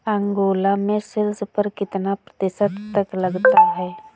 Angola में sales कर कितना प्रतिशत तक लगता है?